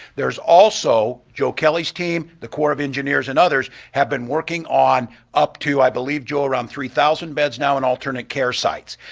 there's also, joe kelly's team, the corps of engineers and others, have been working on up to, i believe, joe, around three thousand beds now in alternate care sites.